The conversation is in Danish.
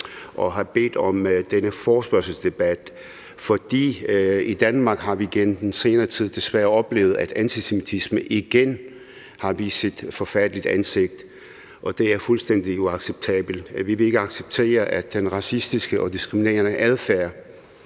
at have bedt om denne forespørgselsdebat. I Danmark har vi gennem den senere tid desværre oplevet, at antisemitismen igen har vist sit forfærdelige ansigt, og det er fuldstændig uacceptabelt. Vi vil ikke acceptere den racistiske og diskriminerende adfærd,